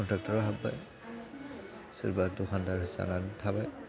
सोरबा कनट्रेक्ट'राव हाबबाय सोरबा दखानदार जानानै थाबाय